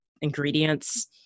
ingredients